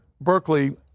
Berkeley